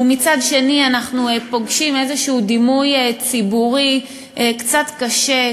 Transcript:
ומצד שני אנחנו פוגשים איזשהו דימוי ציבורי קצת קשה,